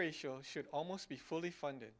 ratio should almost be fully funded